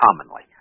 commonly